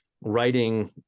writing